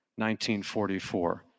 1944